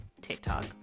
tiktok